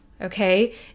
okay